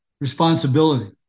responsibility